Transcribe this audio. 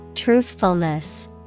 TRUTHFULNESS